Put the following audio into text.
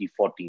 2014